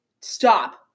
Stop